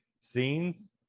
scenes